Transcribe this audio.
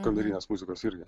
kamerinės muzikos irgi